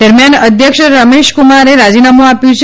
દરમિયાન અધ્યક્ષ રમેશકુમારે રાજીનામું આપ્યું છે